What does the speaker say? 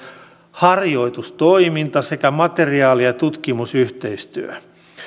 harjoitustoiminta sekä materiaali ja tutkimusyhteistyö